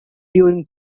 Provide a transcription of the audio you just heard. during